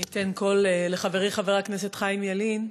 אני אתן קול לחברי חבר הכנסת חיים ילין: